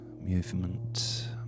Movement